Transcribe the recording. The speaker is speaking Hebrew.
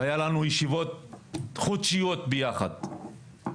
והיו לנו ישיבות חודשיות יחד.